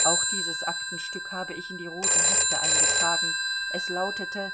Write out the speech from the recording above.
auch dieses aktenstück habe ich in die roten hefte eingetragen es lautete